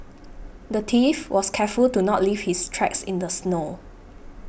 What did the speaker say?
the thief was careful to not leave his tracks in the snow